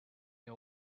you